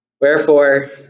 Wherefore